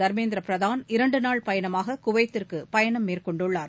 தர்மேந்திர பிரதான் இரண்டு நாள் பயணமாக குவைத்திற்கு பயணம் மேற்கொண்டுள்ளார்